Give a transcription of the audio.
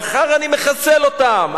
מחר אני מחסל אותם,